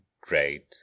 great